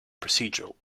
procedural